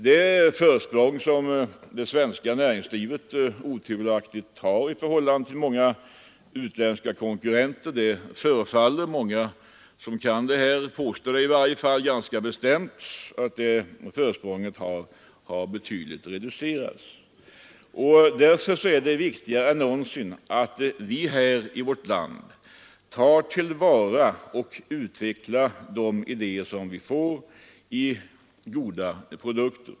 Det försprång som det svenska näringslivet otvivelaktigt har i förhållande till många utländska konkurrenter förefaller — det påstås bestämt av många som kan detta område — att ha reducerats betydligt. Därför är det viktigare än någonsin att vi här i vårt land tar till vara och utvecklar de idéer vi får i goda produkter.